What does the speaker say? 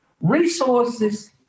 resources